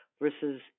versus